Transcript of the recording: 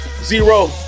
Zero